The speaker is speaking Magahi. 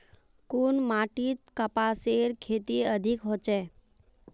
कुन माटित कपासेर खेती अधिक होचे?